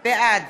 בעד